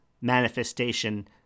manifestation